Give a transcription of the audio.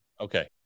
Okay